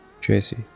Tracy